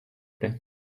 plait